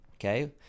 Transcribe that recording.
okay